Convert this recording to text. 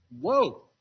Whoa